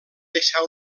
deixar